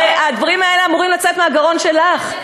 הרי הדברים האלה אמורים לצאת מהגרון שלך,